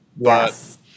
Yes